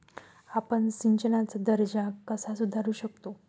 आपण सिंचनाचा दर्जा कसा सुधारू शकतो?